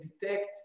detect